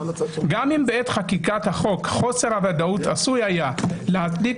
גם אם בעת חקיקת החוק חוסר הוודאות עשוי היה להצדיק